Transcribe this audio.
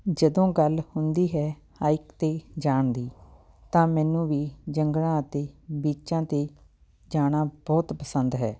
ਜਦੋਂ ਗੱਲ ਹੁੰਦੀ ਹੈ ਹਾਈਕ 'ਤੇ ਜਾਣ ਦੀ ਤਾਂ ਮੈਨੂੰ ਵੀ ਜੰਗਲਾਂ ਅਤੇ ਬੀਚਾਂ 'ਤੇ ਜਾਣਾ ਬਹੁਤ ਪਸੰਦ ਹੈ